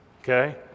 Okay